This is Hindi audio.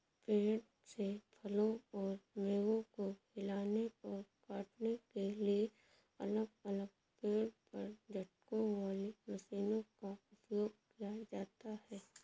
पेड़ से फलों और मेवों को हिलाने और काटने के लिए अलग अलग पेड़ पर झटकों वाली मशीनों का उपयोग किया जाता है